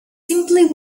simply